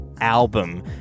album